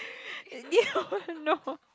yeah oh no